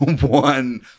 one